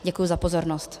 Děkuji za pozornost.